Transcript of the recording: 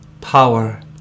power